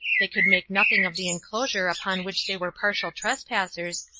they could make nothing of the enclosure upon which they were partial trespassers,